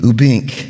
Ubink